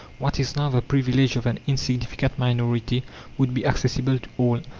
what is now the privilege of an insignificant minority would be accessible to all.